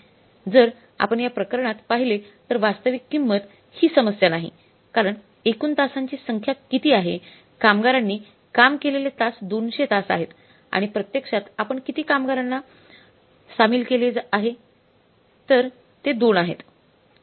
जर आपण या प्रकरणात पाहिले तर वास्तविक किंमत ही समस्या नाही कारण एकूण तासांची संख्या किती आहे कामगारांनी काम केलेले तास 200 तास आहेत आणि प्रत्यक्षात आपण किती कामगारांना सामील केले आहे तर ते 2 आहेत